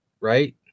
right